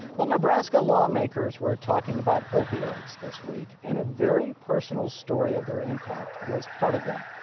well nebraska lawmakers were talking about opioids this week, and a very personal story of their impact was part of that.